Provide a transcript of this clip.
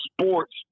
sports